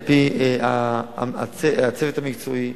הצוות המקצועי,